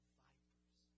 vipers